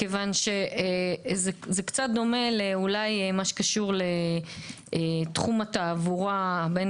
זה קצת דומה למה שקשור לתחום התעבורה בין